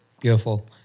Beautiful